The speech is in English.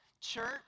Church